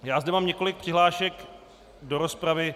Já zde mám několik přihlášek do rozpravy.